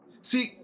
See